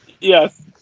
yes